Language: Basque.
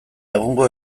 egungo